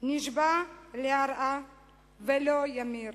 נשבע להרע ולא ימר,